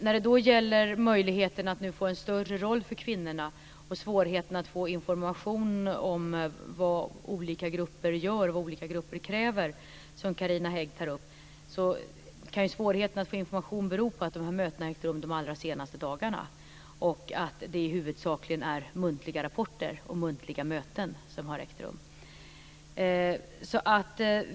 När det gäller möjligheten att nu få en större roll för kvinnorna och svårigheten att få information om vad olika grupper gör, vad olika grupper kräver, som Carina Hägg tar upp, kan svårigheten att få information bero på att de här mötena ägt rum de allra senaste dagarna och att det huvudsakligen är muntliga rapporter och muntliga möten som har ägt rum.